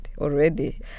already